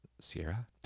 Sierra